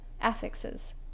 affixes